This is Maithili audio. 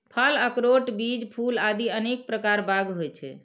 फल, अखरोट, बीज, फूल आदि अनेक प्रकार बाग होइ छै